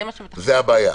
זו הבעיה.